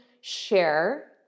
share